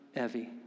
Evie